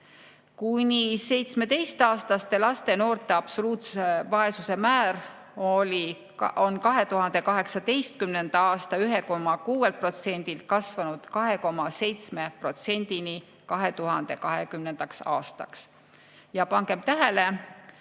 Kuni 17‑aastaste laste ja noorte absoluutse vaesuse määr oli 2018. aasta 1,6%‑lt kasvanud 2,7%‑ni 2020. aastaks. Pangem tähele,